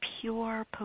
pure